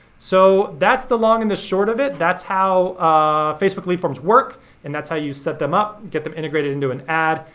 so that's the long and the short of it. that's how ah facebook lead forms work and that's how you set them up, get them integrated into an ad,